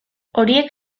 horiek